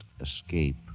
escape